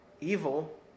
evil